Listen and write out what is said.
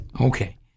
okay